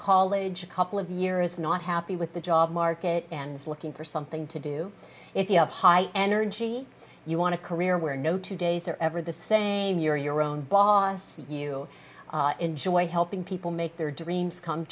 college couple of year is not happy with the job market and looking for something to do if you have high energy you want to career where no two days are ever the saying you're your own boss you enjoy helping people make their dreams come